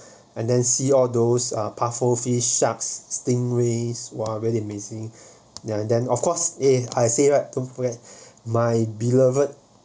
and then see all those uh puffer fish sharks stingrays !wah! really amazing then of course eh I say right don't forget my beloved